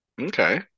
okay